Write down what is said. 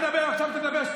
(חבר הכנסת דוד אמסלם